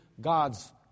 God's